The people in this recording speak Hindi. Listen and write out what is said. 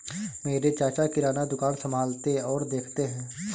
मेरे चाचा किराना दुकान संभालते और देखते हैं